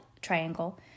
triangle